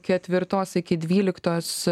ketvirtos iki dvyliktos